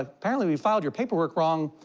apparently, we filed your paperwork wrong.